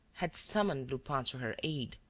had summoned lupin to her aid,